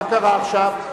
מה קרה עכשיו?